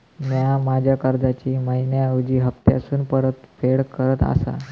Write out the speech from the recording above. म्या माझ्या कर्जाची मैहिना ऐवजी हप्तासून परतफेड करत आसा